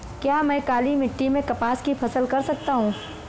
क्या मैं काली मिट्टी में कपास की फसल कर सकता हूँ?